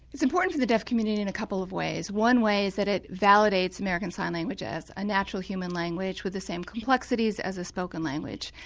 it's important for the deaf community in a couple of ways. one way is that it validates american sign language as a natural human language with the same complexities as a spoken language.